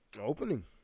Opening